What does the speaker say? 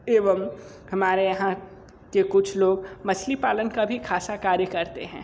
एवं हमारे यहाँ के कुछ लोग मछली पालन का भी ख़ासा कार्य करते हैं